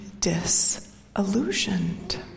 disillusioned